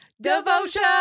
devotion